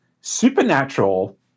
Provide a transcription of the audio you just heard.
supernatural